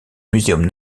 muséum